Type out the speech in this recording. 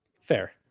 Fair